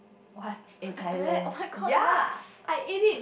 what where oh-my-god yucks